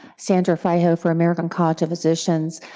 sandra fryhofer, american college of physicians.